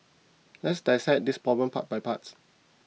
let's dissect this problem part by part